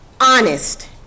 honest